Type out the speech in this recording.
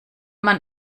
man